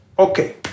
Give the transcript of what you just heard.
Okay